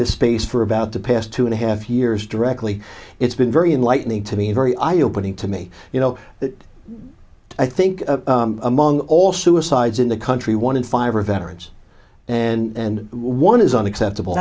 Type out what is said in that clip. this space for about the past two and a half years directly it's been very enlightening to me a very eye opening to me you know that i think among all suicides in the country one in five are veterans and one is unacceptable